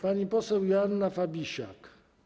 Pani poseł Joanna Fabisiak.